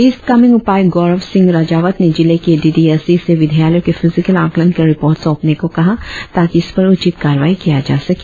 east Kameng उपायुक्त गोरव सिंह राजावत ने जिले के डी डी एस ई से विद्यालयों के फिजिकल आकलन के रिपोर्ट सौंपने को कहा ताकि इस पर उचित कार्रवाई किया जा सके